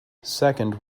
second